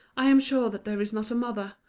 i am sure that there is not a mother,